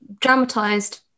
dramatised